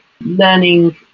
learning